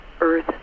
earth